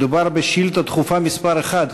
מדובר בשאילתה דחופה מס' 1,